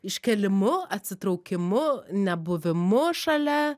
iškėlimu atsitraukimu nebuvimu šalia